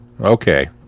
okay